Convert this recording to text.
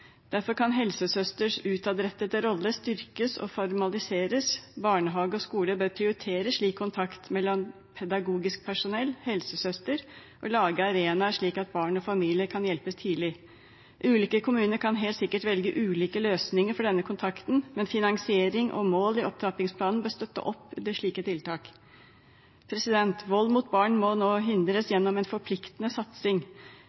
Derfor kan helsesøsters utadrettede rolle styrkes og formaliseres. Barnehage og skole bør prioritere slik kontakt mellom pedagogisk personell og helsesøster og lage arenaer, slik at barn og familier kan hjelpes tidlig. Ulike kommuner kan helt sikkert velge ulike løsninger for denne kontakten, men finansiering og mål i opptrappingsplanen bør støtte opp under slike tiltak. Vold mot barn må nå hindres gjennom en forpliktende satsing.